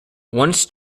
once